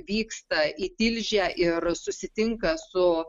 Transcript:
vyksta į tilžę ir susitinka su